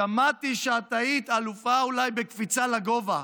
שמעתי שאת היית אלופה אולי בקפיצה לגובה.